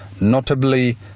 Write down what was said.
notably